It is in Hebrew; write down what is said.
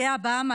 איי הבהאמה,